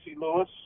Lewis